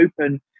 open